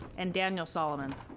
and daniel solomon.